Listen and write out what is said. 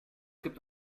gibt